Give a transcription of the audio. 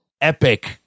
epic